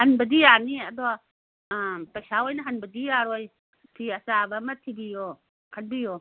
ꯍꯟꯕꯗꯤ ꯌꯥꯅꯤ ꯑꯗꯣ ꯄꯩꯁꯥ ꯑꯣꯏꯅ ꯍꯟꯕꯗꯤ ꯌꯥꯔꯣꯏ ꯐꯤ ꯑꯆꯥꯕ ꯑꯃ ꯊꯤꯕꯤꯌꯣ ꯈꯟꯕꯤꯌꯣ